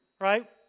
right